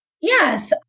Yes